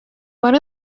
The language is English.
what